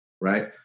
right